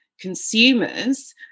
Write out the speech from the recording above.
consumers